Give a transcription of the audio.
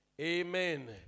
Amen